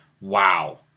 wow